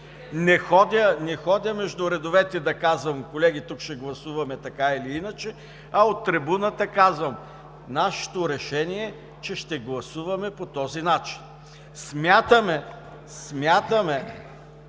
Не ходя между редовете да казвам: „Колеги, тук ще гласуваме така или иначе“, а от трибуната казвам нашето решение, че ще гласуваме по този начин. Смятаме, че